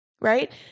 right